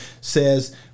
says